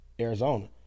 Arizona